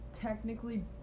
technically